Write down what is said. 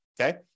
Okay